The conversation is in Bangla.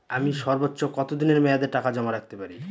আমি সর্বোচ্চ কতদিনের মেয়াদে টাকা জমা রাখতে পারি?